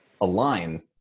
align